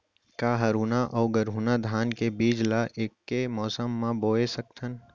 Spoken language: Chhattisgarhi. का हरहुना अऊ गरहुना धान के बीज ला ऐके मौसम मा बोए सकथन?